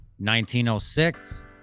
1906